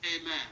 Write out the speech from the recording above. amen